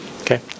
Okay